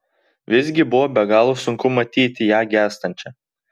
visgi buvo be galo sunku matyti ją gęstančią